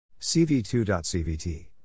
CV2.CVT